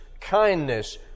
kindness